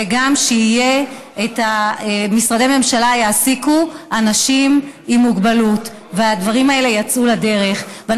וגם שמשרדי ממשלה יעסיקו אנשים עם מוגבלות.